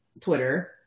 twitter